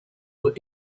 were